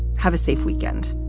have a safe weekend